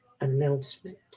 announcement